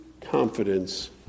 confidence